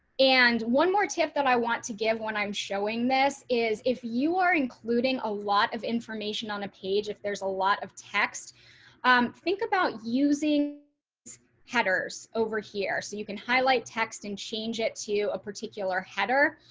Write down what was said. and one more tip that i want to give when i'm showing this is if you are including a lot of information on a page. if there's a lot of text. shari beck um think about using headers over here so you can highlight text and change it to a particular header.